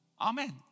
Amen